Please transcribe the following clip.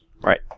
Right